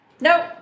nope